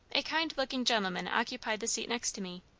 a kind-looking gentleman occupied the seat next to me,